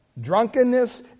drunkenness